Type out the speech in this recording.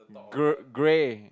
gr~ grey